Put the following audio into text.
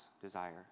desire